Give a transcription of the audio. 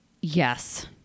Yes